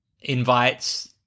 invites